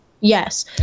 yes